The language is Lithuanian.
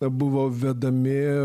buvo vedami